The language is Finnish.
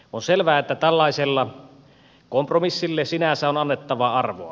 on selvää että tällaiselle kompromissille sinänsä on annettava arvoa